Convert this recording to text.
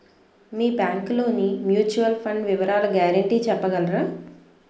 మీ bank లోని mutual fund వివరాల guarantee చెప్పగలరా?